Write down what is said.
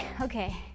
Okay